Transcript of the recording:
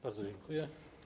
Bardzo dziękuję.